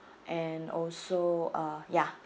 and also uh ya